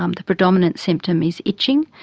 um the predominant symptom is itching.